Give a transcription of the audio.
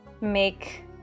make